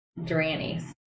Drannies